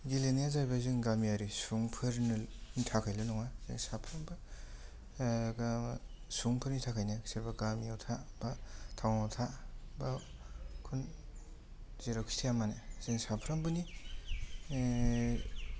गेलेनाया जाहैबाय जों गामियारि सुबुंफोरनि थाखायल' नङा जों साफ्रोमबो सुबुंफोरनि थाखायनो सोरबा गामियाव था बा थावनाव था बा कुन जेरावखि थाया मानो जों साफ्रोमबोनि